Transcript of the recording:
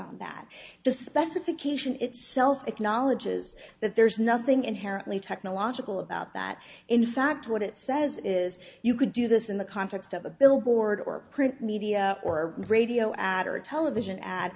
on that the specification itself acknowledges that there's nothing inherently technological about that in fact what it says is you could do this in the context of a billboard or print media or a radio ad or a television ad